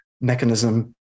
mechanism